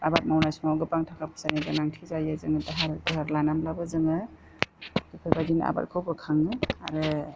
आबाद मावनाय समाव गोबां थाखा फैसानि गोनांथि जायो जोङो दाहार लानानैब्लाबो जोङो बेफोरबायदिनो आबादखौ बोखाङो आरो